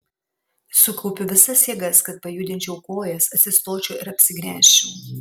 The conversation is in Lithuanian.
sukaupiu visas jėgas kad pajudinčiau kojas atsistočiau ir apsigręžčiau